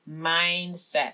mindset